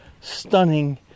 stunning